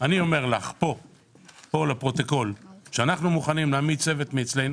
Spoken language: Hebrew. אני אומר לך כאן לפרוטוקול שאנחנו מוכנים להעמיד צוות מאיתנו